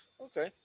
Okay